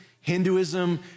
Hinduism